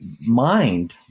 mind